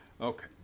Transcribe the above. Okay